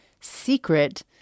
secret